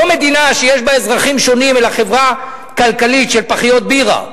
לא מדינה שיש בה אזרחים שונים אלא חברה כלכלית של פחיות בירה,